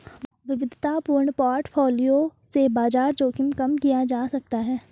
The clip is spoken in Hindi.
विविधतापूर्ण पोर्टफोलियो से बाजार जोखिम कम किया जा सकता है